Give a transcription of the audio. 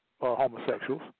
homosexuals